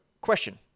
question